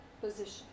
position